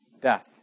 death